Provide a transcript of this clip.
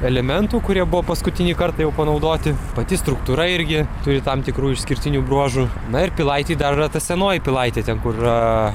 elementų kurie buvo paskutinį kartą jau panaudoti pati struktūra irgi turi tam tikrų išskirtinių bruožų na ir pilaitėje dar yra ta senoji pilaitė ten kur yra